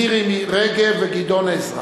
מירי רגב וגדעון עזרא.